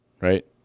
right